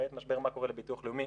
בעת משבר מה קורה לביטוח לאומי?